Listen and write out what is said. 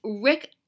Rick